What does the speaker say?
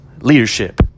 leadership